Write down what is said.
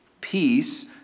Peace